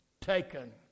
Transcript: taken